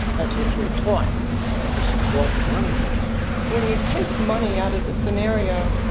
that's what you're taught to support the monetary system. when you take money out of the scenario,